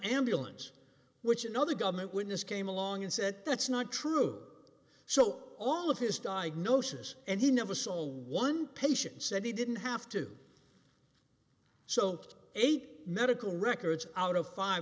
ambulance which another government witness came along and said that's not true so all of his diagnosis and he never saw one patient said he didn't have to so eight medical records out of five